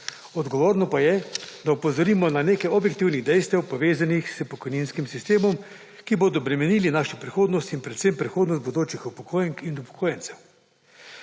odgovorno pa je, da opozorimo na nekaj objektivnih dejstev povezanih s pokojninskim sistemom, ki bodo bremenili našo prihodnost in predvsem prihodnost bodočih upokojenk in upokojencev.